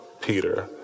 Peter